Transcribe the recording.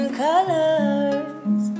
colors